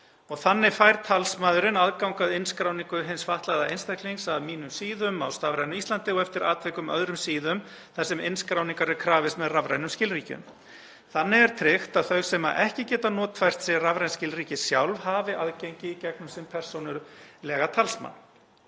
þannig fær talsmaðurinn aðgang að innskráningu hins fatlaða einstaklings á Mínum síðum á Stafrænu Íslandi og eftir atvikum öðrum síðum þar sem innskráningar er krafist með rafrænum skilríkjum. Þannig er tryggt að þau sem ekki geta notfært sér rafræn skilríki sjálf hafi aðgengi í gegnum sinn persónulega talsmann.